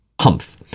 Humph